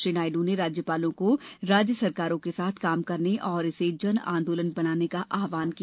श्री नायडू ने राज्यपालों को राज्य सरकारों के साथ काम करने और इसे जन आंदोलन बनाने का आह्वान किया